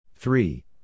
Three